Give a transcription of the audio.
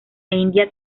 india